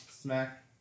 smack